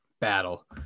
battle